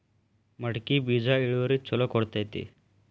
ಮಡಕಿ ಬೇಜ ಇಳುವರಿ ಛಲೋ ಕೊಡ್ತೆತಿ?